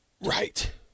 Right